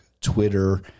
Twitter